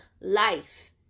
life